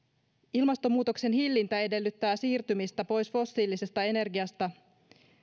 ilmastonmuutoksen hillintä edellyttää siirtymistä pois fossiilisesta energiasta